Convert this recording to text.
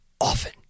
often